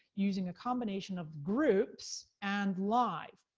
using a combination of groups, and live.